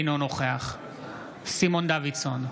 אינו נוכח סימון דוידסון,